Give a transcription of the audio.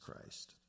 Christ